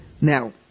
Now